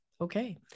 Okay